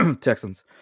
Texans